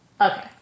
okay